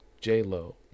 J-Lo